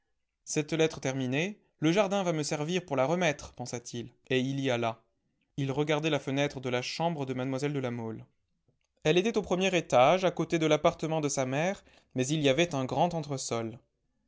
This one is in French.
cette lettre terminée le jardin va me servir pour la remettre pensa-t-il et il y alla il regardait la fenêtre de la chambre de mlle de la mole elle était au premier étage à côté de l'appartement de sa mère mais il y avait un grand entresol